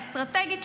אסטרטגית,